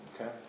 Okay